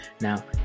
Now